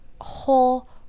whole